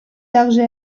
также